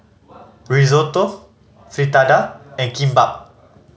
Risotto Fritada and Kimbap